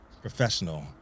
professional